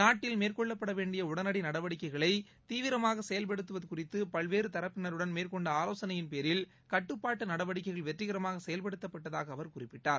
நாட்டில் மேற்கொள்ளப்பட வேண்டிய உடனடி நடவடிக்கைகளை தீவிரமாக செயல்படுத்துவது குறித்து பல்வேறு தரப்பினருடன் மேற்கொண்ட ஆலோசனையின் பேரில் கட்டுப்பாட்டு நடவடிக்கைகள் வெற்றிகரமாக செயல்படுத்தப்பட்டதாக அவர் குறிப்பிட்டார்